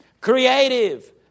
creative